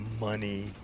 money